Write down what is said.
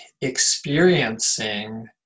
experiencing